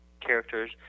characters